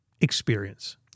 experience